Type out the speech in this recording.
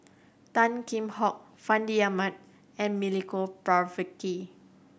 Tan Kheam Hock Fandi Ahmad and Milenko Prvacki